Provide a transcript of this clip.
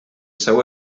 seu